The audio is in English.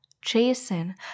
jason